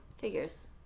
figures